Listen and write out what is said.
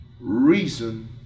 reason